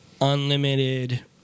unlimited